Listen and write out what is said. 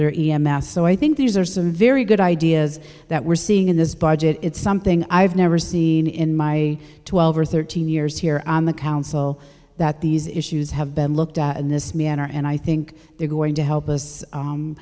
their mass so i think these are some very good ideas that we're seeing in this budget it's something i've never seen in my twelve or thirteen years here on the council that these issues have been looked at in this manner and i think they're going to help us